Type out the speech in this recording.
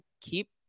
keep